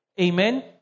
Amen